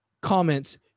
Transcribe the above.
comments